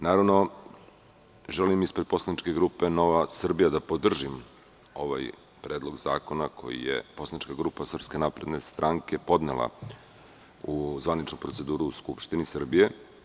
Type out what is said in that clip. Naravno, želim ispred poslaničke grupe Nova Srbija da podržim ovaj predlog zakona koji je poslanička grupa SNS podnela u zvaničnu proceduru u Skupštini Srbije.